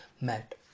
met